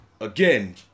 again